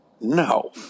no